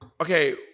Okay